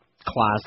class